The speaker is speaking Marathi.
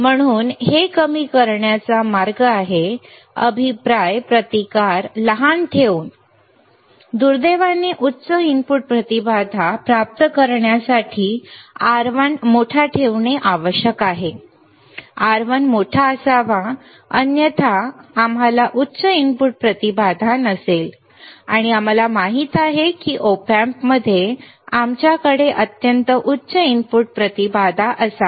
म्हणून हे कमी करण्याचा मार्ग आहे अभिप्राय प्रतिकार लहान ठेवून दुर्दैवाने उच्च इनपुट प्रतिबाधा प्राप्त करण्यासाठी R1 मोठा ठेवणे आवश्यक आहे R1 मोठा असावा अन्यथा आम्हाला उच्च इनपुट प्रतिबाधा नसेल आणि आम्हाला माहित आहे की Op Amp मध्ये आमच्याकडे अत्यंत उच्च इनपुट प्रतिबाधा असावी